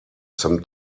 some